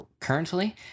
currently